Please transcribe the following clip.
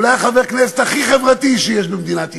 אולי חבר הכנסת הכי חברתי שיש במדינת ישראל,